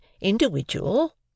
individual